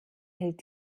hält